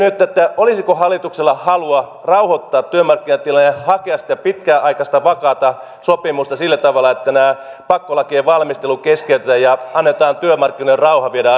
kysynkin nyt olisiko hallituksella halua rauhoittaa työmarkkinatilanne ja hakea sitä pitkäaikaista vakaata sopimusta sillä tavalla että näiden pakkolakien valmistelu keskeytetään ja annetaan työmarkkinoille rauha viedä asioita eteenpäin